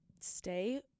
stay